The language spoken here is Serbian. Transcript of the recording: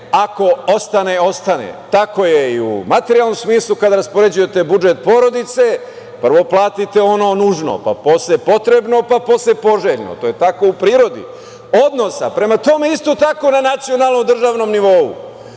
ako ostane, ostane. Tako je i u materijalnom smislu. Kada raspoređujete budžet porodice, prvo platite ono nužno, pa posle potrebno, pa posle poželjno. To je tako u prirodi odnosa. Prema tome, isto tako na nacionalnom držanom nivou. Ova